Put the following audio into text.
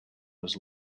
was